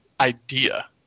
idea